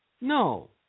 no